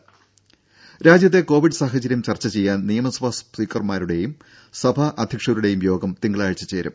രും രാജ്യത്തെ കോവിഡ് സാഹചര്യം ചർച്ചചെയ്യാൻ നിയമസഭാ സ്പീക്കർമാരുടെയും സഭാ അധ്യക്ഷരുടെയും യോഗം തിങ്കളാഴ്ച ചേരും